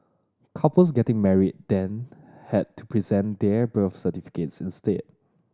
couples getting married then had to present their birth certificates instead